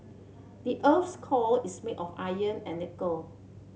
the earth's core is made of iron and nickel